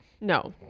no